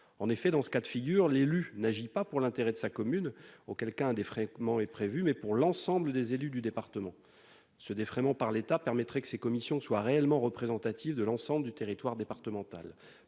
en effet, dans ce cas de figure l'élu n'agit pas pour l'intérêt de sa commune, auquel cas des fragments est prévu mais pour l'ensemble des élus du département ce défraiement par l'État permettrait que ces commissions soit réellement représentatif de l'ensemble du territoire départemental,